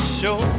show